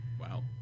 Wow